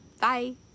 Bye